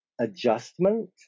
adjustment